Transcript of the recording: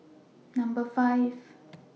Number five